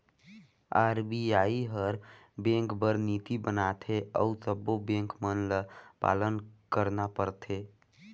RBI हर bank बर नीति बनाथे अउ सब्बों बेंक मन ल पालन करना परथे